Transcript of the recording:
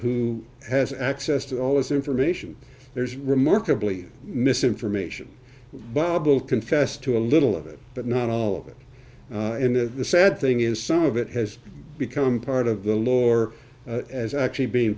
who has access to all this information there's remarkably misinformation bubble confessed to a little of it but not all of it and the sad thing is some of it has become part of the law or as actually being